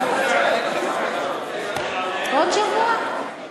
עוד שבוע.